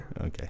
Okay